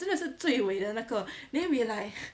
真的是最尾的那个 then we like